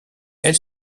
elle